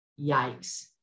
yikes